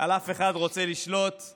על אף אחד רוצה לשלוט על